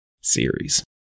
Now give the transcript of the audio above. series